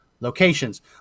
locations